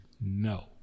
no